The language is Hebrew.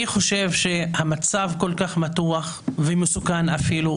אני חושב שהמצב כל כך מתוח ומסוכן אפילו,